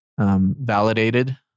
Validated